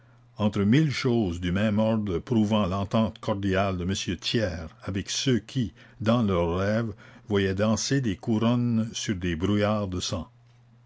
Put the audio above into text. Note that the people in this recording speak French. entre mille choses du même ordre prouvant l'entente cordiale de m thiers avec ceux qui dans leurs rêves voyaient danser des couronnes sur des brouillards de sang